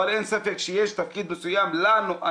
אבל אין ספק שיש תפקיד מסוים לנו,